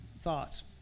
thoughts